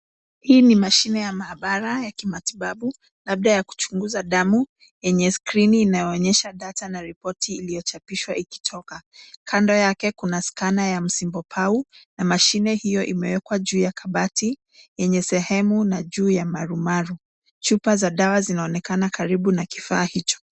Hii ni mashini ya maabara ya kimatibabu na pia ya kuchunguza damu yenye skrini inayoonyesha data na riporti iliochapishwa ikitoka kando yake kuna scana ya msimbo pau na mashini hio imewekwa juu ya kabati yenye sehemu na juu ya marumaru chupa za dawa zinaonekana karibu na kifaa hicho.